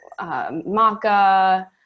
maca